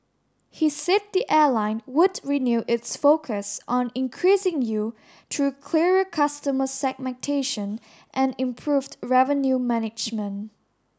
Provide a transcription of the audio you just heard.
he said the airline would renew its focus on increasing yield through clearer customer segmentation and improved revenue management